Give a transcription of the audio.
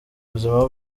buzima